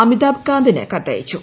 അമിതാബ് കാന്തിന് കത്തയച്ചു